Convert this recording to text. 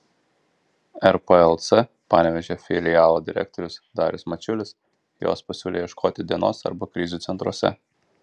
rplc panevėžio filialo direktorius darius mačiulis jos pasiūlė ieškoti dienos arba krizių centruose